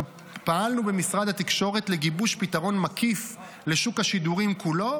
פעלנו במשרד התקשורת לגיבוש פתרון מקיף לשוק השידורים כולו,